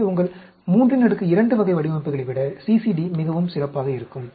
எனவே உங்கள் 32 வகை வடிவமைப்புகளை விட CCD மிகவும் சிறப்பாக இருக்கும்